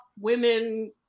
women